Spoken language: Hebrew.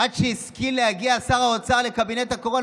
עד שהשכיל להגיע שר האוצר לקבינט הקורונה,